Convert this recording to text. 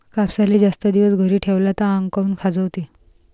कापसाले जास्त दिवस घरी ठेवला त आंग काऊन खाजवते?